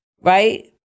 right